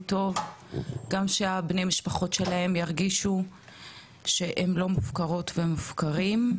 גם שבני המשפחות שלהם ירגישו שהם לא מופקרות ומופקרים.